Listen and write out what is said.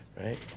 Right